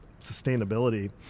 sustainability